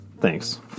thanks